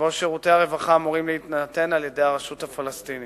לפני שבועיים נספו שניים בדלקה שפרצה בשועפאט